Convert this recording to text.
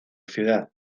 ciudad